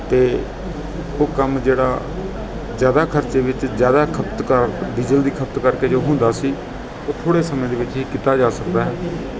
ਅਤੇ ਉਹ ਕੰਮ ਜਿਹੜਾ ਜ਼ਿਆਦਾ ਖਰਚੇ ਵਿੱਚ ਜ਼ਿਆਦਾ ਖਪਤਕਾਰ ਡੀਜਲ ਦੀ ਖਪਤ ਕਰਕੇ ਜੋ ਹੁੰਦਾ ਸੀ ਉਹ ਥੋੜ੍ਹੇ ਸਮੇਂ ਦੇ ਵਿੱਚ ਹੀ ਕੀਤਾ ਜਾ ਸਕਦਾ ਹੈ